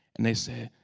and they said,